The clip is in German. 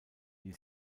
die